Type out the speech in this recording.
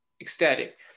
ecstatic